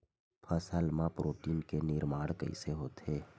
फसल मा प्रोटीन के निर्माण कइसे होथे?